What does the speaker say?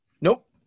Nope